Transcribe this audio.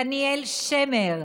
עו"ד דניאל שמר,